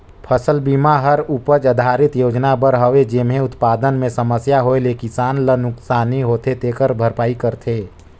फसल बिमा हर उपज आधरित योजना बर हवे जेम्हे उत्पादन मे समस्या होए ले किसान ल नुकसानी होथे तेखर भरपाई करथे